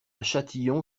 châtillon